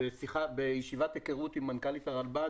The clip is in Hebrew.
בישיבת הכרות עם מנכ"לית הרלב"ד,